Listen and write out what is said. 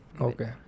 Okay